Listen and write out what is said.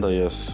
yes